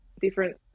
different